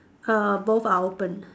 uh both are open